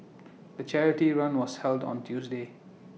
the charity run was held on Tuesday